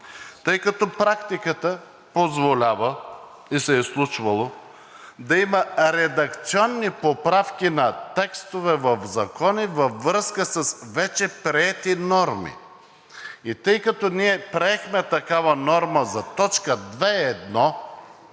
Тъй като практиката позволява и се е случвало да има редакционни поправки на текстове в закони във връзка с вече приети норми и тъй като ние приехме такава норма за т. 2.1